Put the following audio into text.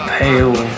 pale